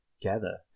gather